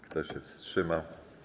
Kto się wstrzymał?